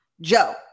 Joe